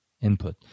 input